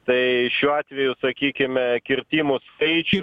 tai šiuo atveju sakykime kirtimo skaičių